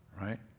right